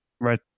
Right